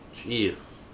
jeez